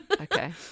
Okay